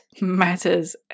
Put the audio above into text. matters